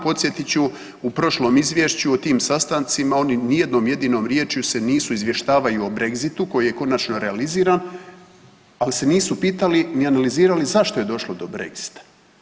Podsjetit ću, u prošlom izvješću o tim sastancima oni ni jednom jedinom riječju se nisu izvještavaju o brexitu koji je konačno realiziran, al se nisu pitali ni analizirali zašto je došlo do brexita.